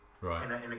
right